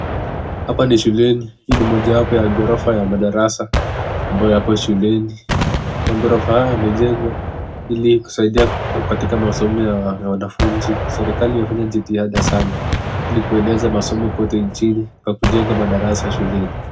Hapa ni shuleni. Hii ni mojawapo ya gorofa ya madarasa ambayo yapo shuleni. Magorofa hayo yamejengwa ili kusaidia katika masomo ya wanafunzi. Serekali imefanya jitihada sana ili kueneza masomo kote nchini kwa kujenga madarasa shuleni.